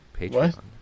Patreon